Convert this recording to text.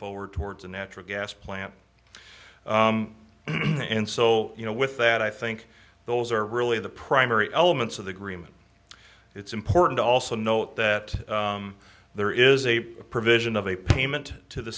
forward towards a natural gas plant and so you know with that i think those are really the primary elements of the agreement it's important also note that there is a provision of a payment to the